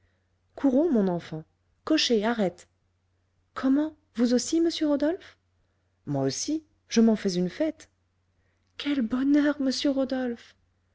courons mon enfant cocher arrête comment vous aussi monsieur rodolphe moi aussi je m'en fais une fête quel bonheur monsieur rodolphe